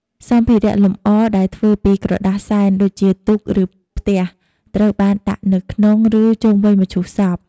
សម្ភារៈលំអរដែលធ្វើពីក្រដាសសែនដូចជា ទូក ឬ ផ្ទះ ត្រូវបានដាក់នៅក្នុង ឬ ជុំវិញមឈូសសព។